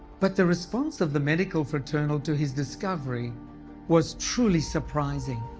but the response of the medical fraternal to his discovery was truly surprising.